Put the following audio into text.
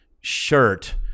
shirt